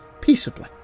peaceably